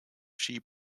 she